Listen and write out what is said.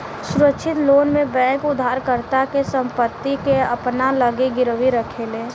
सुरक्षित लोन में बैंक उधारकर्ता के संपत्ति के अपना लगे गिरवी रखेले